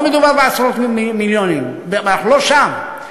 לא מדובר בעשרות מיליונים, אנחנו לא שם.